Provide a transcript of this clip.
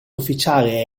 ufficiale